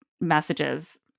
messages